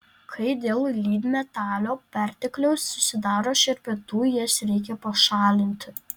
kai dėl lydmetalio pertekliaus susidaro šerpetų jas reikia pašalinti